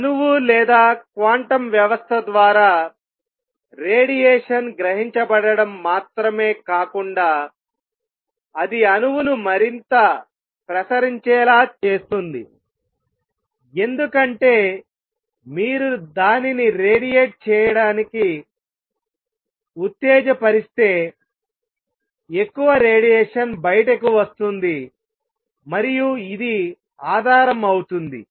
అణువు లేదా క్వాంటం వ్యవస్థ ద్వారా రేడియేషన్ గ్రహించబడడం మాత్రమే కాకుండా అది అణువును మరింత ప్రసరించేలా చేస్తుంది ఎందుకంటే మీరు దానిని రేడియేట్ చేయడానికి ఉత్తేజపరిస్తే ఎక్కువ రేడియేషన్ బయటకు వస్తుంది మరియు ఇది ఆధారం అవుతుంది